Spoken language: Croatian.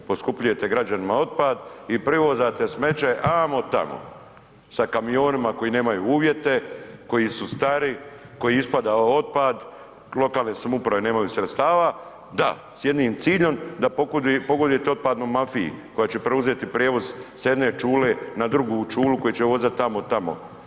Poskupljujete građanima otpad i prevozite smeće amo tamo sa kamionima koji nemaju uvjete, koji su stari, kojima ispada otpad, lokalne samouprave nemaju sredstava, da, s jednim ciljem da pogodujete otpadnoj mafiji koja će preuzeti prijevoz s jedne čule na drugu čulu koju će vozati amo tamo.